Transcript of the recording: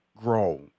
grow